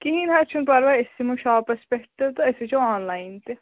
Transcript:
کِہیٖنٛۍ حظ چھُنہٕ پَرواے أسۍ یِمو شاپس پٮ۪ٹھ تہِ تہٕ أسۍ وُچھو آن لایَن تہِ